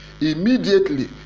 Immediately